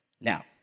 Now